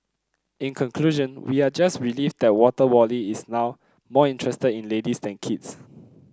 in conclusion we are just relieved that Water Wally is now more interested in ladies than kids